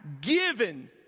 given